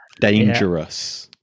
dangerous